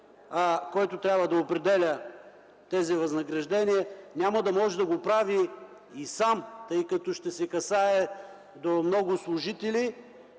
който трябва да определя тези възнаграждения, няма да може да го прави сам, защото ще се касае до много служители,